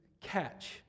catch